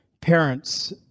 parents